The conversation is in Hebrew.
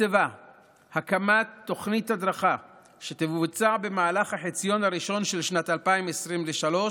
ותוקצבה הקמת תוכנית הדרכה שתבוצע במהלך החציון הראשון של שנת 2023,